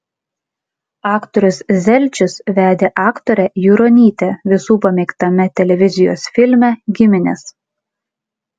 aktorius zelčius vedė aktorę juronytę visų pamėgtame televizijos filme giminės